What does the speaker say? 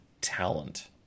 talent